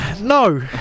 No